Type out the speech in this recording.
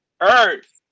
Earth